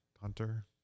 Hunter